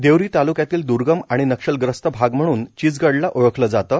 देवरी ताल्क्यातील द्र्गम आणि नक्षलग्रस्त भाग म्हणून चिचगढ़ला ओळखलं जातं